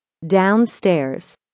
Downstairs